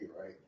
right